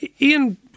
Ian